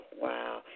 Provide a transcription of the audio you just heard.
wow